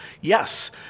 yes